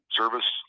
service